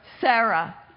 Sarah